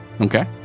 Okay